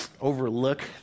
Overlook